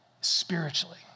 spiritually